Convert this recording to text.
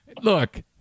Look